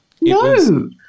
No